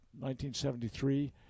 1973